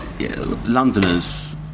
Londoners